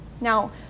Now